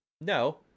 no